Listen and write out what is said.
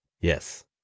Yes